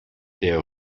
der